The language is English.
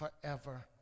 forever